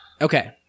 Okay